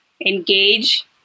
engage